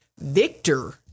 Victor